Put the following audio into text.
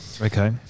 okay